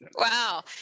Wow